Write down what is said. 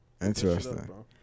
interesting